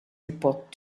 report